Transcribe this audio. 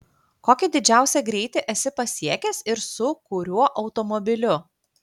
kokį didžiausią greitį esi pasiekęs ir su kuriuo automobiliu